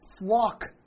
flock